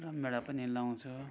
रमभेडा पनि लाउँछु